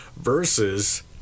versus